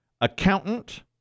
accountant